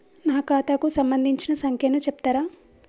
నా ఖాతా కు సంబంధించిన సంఖ్య ను చెప్తరా?